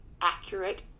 accurate